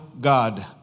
God